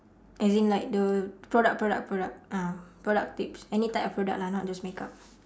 as in like the product product product ah product tips any type of product lah not just makeup